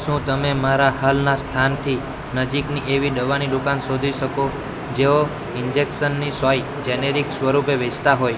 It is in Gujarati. શું તમે મારા હાલનાં સ્થાનથી નજીકની એવી દવાની દુકાન શોધી શકો જેઓ ઈન્જેક્શનની સોય જેનેરિક સ્વરૂપે વેચતા હોય